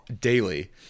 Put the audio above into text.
daily